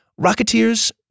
Rocketeers